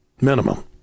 Minimum